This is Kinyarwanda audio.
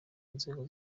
inzego